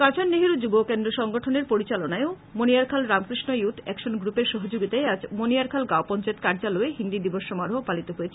কাছাড় নেহেরু যুবকেন্দ্রসংগঠনের পরিচালনায় ও মণিয়ারখাল রামকৃষ্ণ ইয়ুথ একশন গ্লুপের সহযোগিতায় আজ মণিয়ারখাল গাওপঞ্চায়েত কার্যালয়ে হিন্দিদিবস সমারোহ পালিত হয়েছে